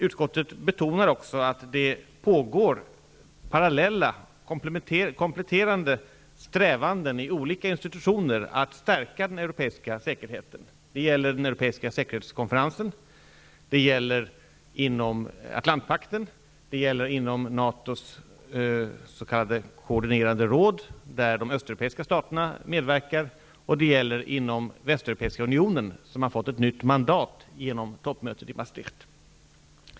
Utskottet betonar också att det i olika institutioner pågår parallella, kompletterande strävanden att stärka den europeiska säkerheten -- det pågår inom den europeiska säkerhetskonferensen, inom Atlantpakten, inom NATO:s s.k. koordinerade råd, där de östeuropeiska staterna medverkar, och inom västeuropeiska unionen, som har fått ett nytt mandat genom toppmötet i Maastricht.